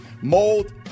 mold